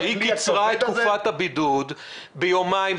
היא קיצרה את תקופת הבידוד ביומיים,